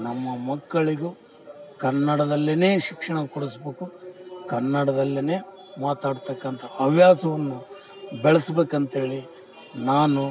ನಮ್ಮ ಮಕ್ಕಳಿಗು ಕನ್ನಡದಲ್ಲಿಯೇ ಶಿಕ್ಷಣ ಕೊಡಿಸ್ಬೇಕು ಕನ್ನಡದಲ್ಲಿಯೇ ಮಾತಾಡ್ತಕ್ಕಂಥ ಹವ್ಯಾಸವನ್ನು ಬೆಳೆಸ್ಬೇಕಂತ್ಹೇಳಿ ನಾನು